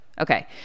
Okay